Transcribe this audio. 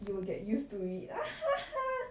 you will get used to it ah